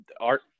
art